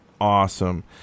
awesome